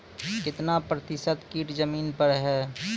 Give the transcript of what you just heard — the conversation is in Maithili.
कितना प्रतिसत कीट जमीन पर हैं?